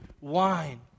wine